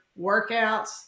workouts